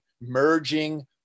merging